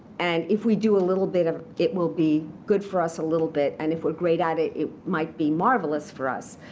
and if we do a little bit of, it will be good for us a little bit. and if we're great at it, it might be marvelous for us.